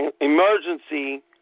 emergency